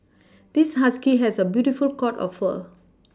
this husky has a beautiful coat of fur